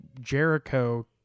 Jericho